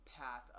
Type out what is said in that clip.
path